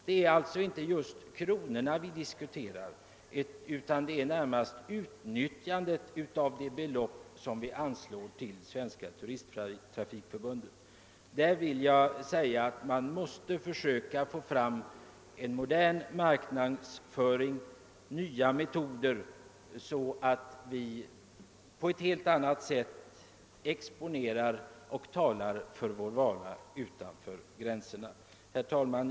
Det är alltså inte själva storleken av anslaget vi vill diskutera, utan snarare utnyttjandet av det belopp som ställs till Svenska turisttrafikförbundets förfogande. Man måste försöka få fram en modern marknadsföring och nya metoder, så att svenskt turistväsende på ett helt annat sätt kan exponera sin vara utanför gränserna och även tala för den.